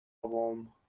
problem